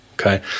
Okay